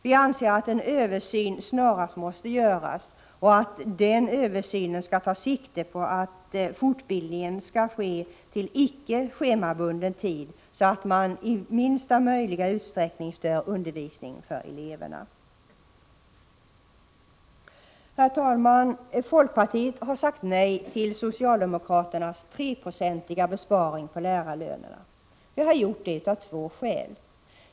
Vi anser att en översyn snarast måste göras och att denna skall ta sikte på att fortbildningen förläggs till icke schemabunden tid, så att den i minsta möjliga utsträckning stör undervisningen för eleverna. Herr talman! Folkpartiet har sagt nej till socialdemokraternas 3-procentiga besparing på lärarlönerna. Vi har gjort det av två skäl.